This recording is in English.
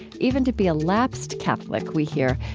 even to be a lapsed catholic, we hear,